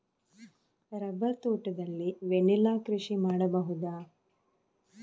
Rubber ತೋಟದಲ್ಲಿ vanilla ಕೃಷಿ ಮಾಡಬಹುದಾ?